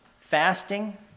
fasting